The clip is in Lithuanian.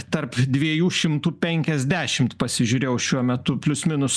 tarp dviejų šimtų penkiasdešimt pasižiūrėjau šiuo metu plius minus